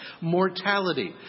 Mortality